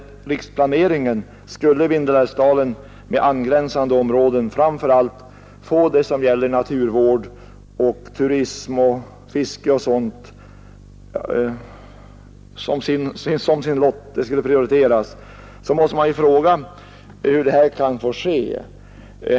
I riksplaneringen skulle dock Vindelådalen med angränsande områden prioriteras med tanke på naturvård, turism, fiske och sådant.